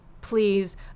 please